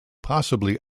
possibly